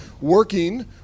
working